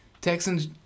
Texans